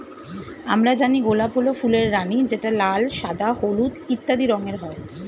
আমরা জানি গোলাপ হল ফুলের রানী যেটা লাল, সাদা, হলুদ ইত্যাদি রঙের হয়